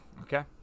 Okay